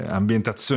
ambientazioni